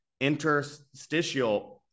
interstitial